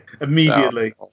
immediately